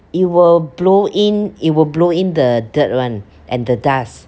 it will blow in it will blow in the dirt [one] and the dust